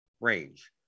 range